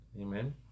Amen